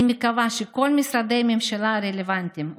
אני מקווה שכל משרדי הממשלה הרלוונטיים,